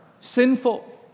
sinful